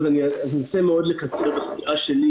אז אני אנסה מאוד לקצר את הסקירה שלי.